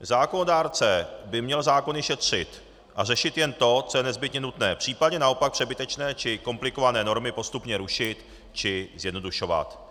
Zákonodárce by měl zákony šetřit a řešit jen to, co je nezbytně nutné, případně naopak přebytečné či komplikované normy postupně rušit či zjednodušovat.